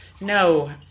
No